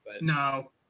No